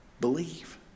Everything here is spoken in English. believe